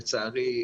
לצערי,